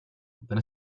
then